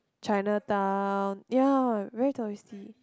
Chinatown ya very touristy